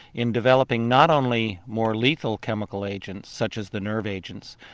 in developing not only more lethal chemical agents such as the nerve agents,